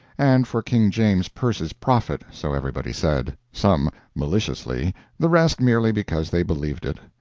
and for king james's purse's profit, so everybody said some maliciously the rest merely because they believed it.